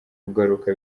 kugaruka